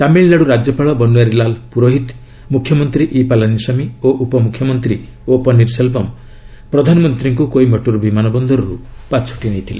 ତାମିଲନାଡ଼ୁ ରାଜ୍ୟପାଳ ବନୱାରୀଲାଲ ପୁରୋହିତ ମୁଖ୍ୟମନ୍ତ୍ରୀ ଇ ପାଲାନୀସ୍ୱାମୀ ଓ ଉପମୁଖ୍ୟମନ୍ତ୍ରୀ ଓ ପନିର୍ସେଲବମ୍ ପ୍ରଧାନମନ୍ତ୍ରୀ କୋଇମ୍ବାଟୁର୍ ବିମାନ ବନ୍ଦରରୁ ପାଛୋଟି ନେଇଥିଲେ